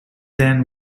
then